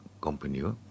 company